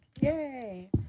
Yay